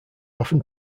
often